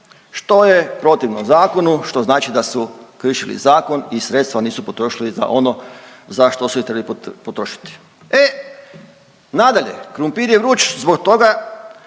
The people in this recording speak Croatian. Što je protivno zakonu, što znači da su kršili zakon i sredstva nisu potrošili za ono za što su ih trebali potrošiti. E, nadalje krumpir je vruć zbog toga